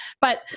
But-